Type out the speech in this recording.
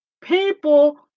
people